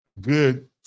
good